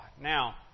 Now